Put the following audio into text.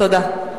תודה.